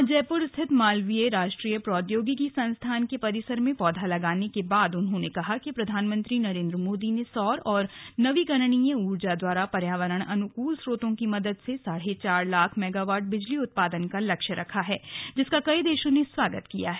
आज जयपुर स्थित मालवीय राष्ट्रीय प्रौद्योगिकी संस्थान के परिसर में पौधा लगाने के बाद उन्होंने कहा कि प्रधानमंत्री नरेन्द्र मोदी ने सौर और नवीकरणीय ऊर्जा जैसे पर्यावरण अनुकूल स्रोतों की मदद से साढ़े चार लाख मेगावाट बिजली उत्पादन का लक्ष्य रखा है जिसका कई देशों ने स्वागत किया है